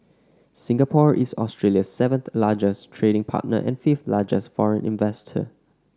Singapore is Australia's seventh largest trading partner and fifth largest foreign investor